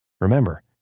Remember